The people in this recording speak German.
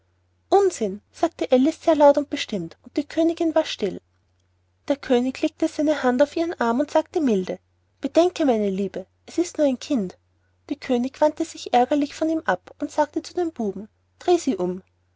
unsinn sagte alice sehr laut und bestimmt und die königin war still der könig legte seine hand auf ihren arm und sagte milde bedenke meine liebe es ist nur ein kind die königin wandte sich ärgerlich von ihm ab und sagte zu dem buben dreh sie um